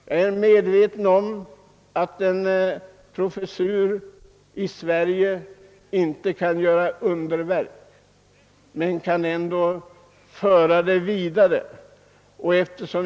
Jag är medveten om att en professur i Sverige inte kan göra underverk, men den kan ändå föra arbetet vidare.